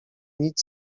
nic